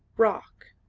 rock.